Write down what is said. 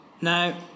Now